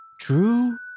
True